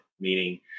meaning